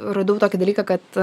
radau tokį dalyką kad